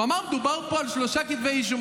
הוא אמר: מדובר פה על שלושה כתבי אישום.